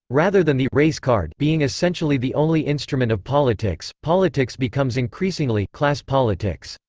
rather than the race card being essentially the only instrument of politics, politics becomes increasingly class politics.